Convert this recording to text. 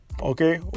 Okay